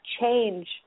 change